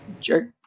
Jerk